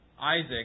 Isaac